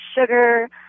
sugar